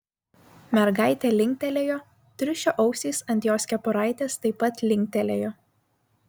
mergaitė linktelėjo triušio ausys ant jos kepuraitės taip pat linktelėjo